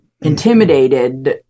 intimidated